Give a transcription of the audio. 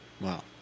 Wow